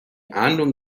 ahndung